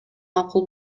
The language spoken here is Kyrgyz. макул